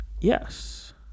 Yes